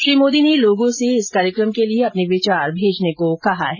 श्री मोदी ने लोगों से इस कार्यक्रम के लिए अपने विचार भेजने को कहा है